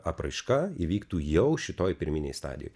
apraiška įvyktų jau šitoj pirminėj stadijoj